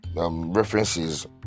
References